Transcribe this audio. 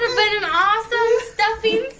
ah been an awesome stuffing